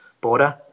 border